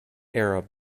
arab